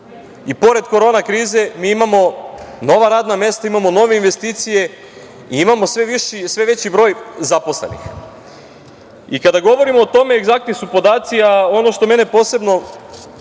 I pored korona krize mi imamo nova radna mesta, imamo nove investicije i imamo sve veći broj zaposlenih. Kada govorimo o tome egzaktni su podaci, a ono što mene posebno